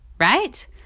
right